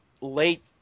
late